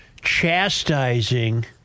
chastising